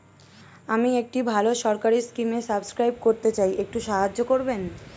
আমি একটি ভালো সরকারি স্কিমে সাব্সক্রাইব করতে চাই, একটু সাহায্য করবেন?